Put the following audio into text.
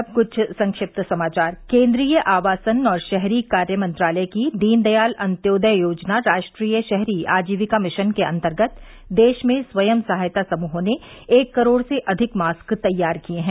और अब कुछ संक्षिप्त समाचार केन्द्रीय आवासन और शहरी कार्य मंत्रालय की दीनदयाल अंत्योदय योजना राष्ट्रीय शहरी आजीविका मिशन के अंतर्गत देश में स्व सहायता समूहों ने एक करोड़ से अधिक मास्क तैयार किए हैं